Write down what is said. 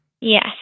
Yes